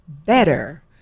better